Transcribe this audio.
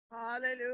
Hallelujah